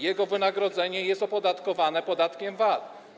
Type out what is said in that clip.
Jego wynagrodzenie jest opodatkowane podatkiem VAT.